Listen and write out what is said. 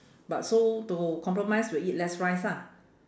but so to compromise we'll eat less rice ah